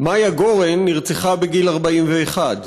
מיה גורן נרצחה בגיל 41,